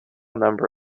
number